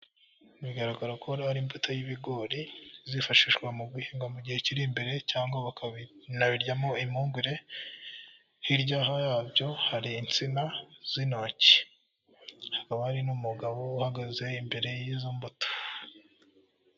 Bigaragara ko ari imbuto y'ibigori, izifashishwa mu guhingwa mu gihe kiri imbere cyangwa bakabiryamo impungure, hirya habyo hari insina z'intoki, hakaba hari n'umugabo uhagaze imbere y'izo mbuto.